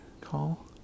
call